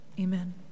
Amen